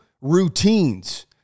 routines